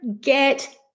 get